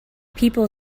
people